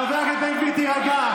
חבר הכנסת בן גביר, תירגע.